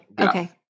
Okay